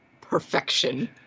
Perfection